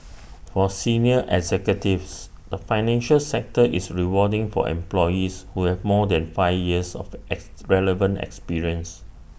for senior executives the financial sector is rewarding for employees who have more than five years of ex relevant experience